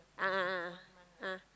a'ah a'ah ah